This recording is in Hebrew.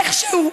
איכשהו,